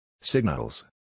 Signals